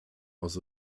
aus